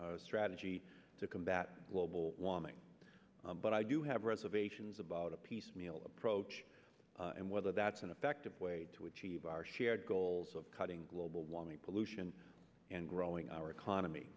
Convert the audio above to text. strategy to combat global warming but i do have reservations about a piecemeal approach and whether that's an effective way to achieve our shared goals of cutting global warming pollution and growing our